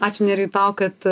ačiū nerijau tau kad